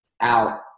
out